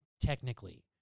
technically